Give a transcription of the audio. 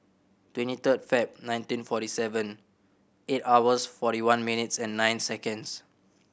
twenty third Feb nineteen forty seven eight hours forty one minutes and nine seconds